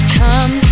come